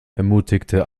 ermutigte